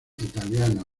italianos